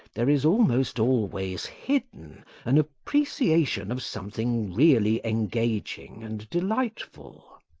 there is almost always hidden an appreciation of something really engaging and delightful.